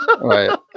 right